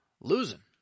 losing